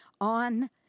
on